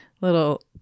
Little